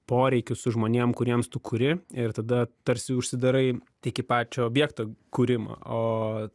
poreikiu su žmonėm kuriems tu kuri ir tada tarsi užsidarai tik į pačio objekto kūrimą o